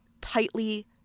tightly